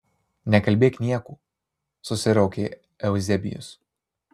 nekalbėk niekų susiraukė euzebijus